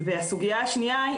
הסוגיה השנייה.